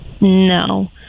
No